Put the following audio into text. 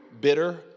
bitter